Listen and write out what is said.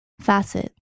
facet